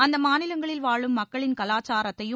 அந்த மாநிலங்களில் வாழும் மக்களின் கலாச்சாரத்தையும்